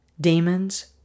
demons